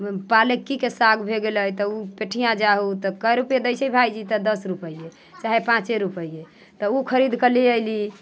पालकीके साग भऽ गेलै तऽ ओ पिठिया जाउ तऽ कए रुपैए दैत छै भाइजी तऽ दस रुपैए चाहे पाँचे रुपैए तऽ ओ खरीद कऽ लए अयली